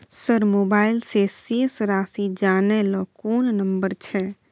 Sir mobile से शेस राशि जानय ल कोन नंबर छै?